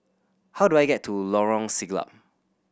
how do I get to Lorong Siglap